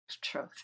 truth